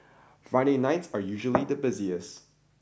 Friday nights are usually the busiest